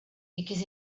because